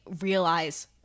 realize